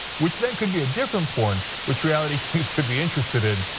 which then could be a different porn, which reality kings could be interested in.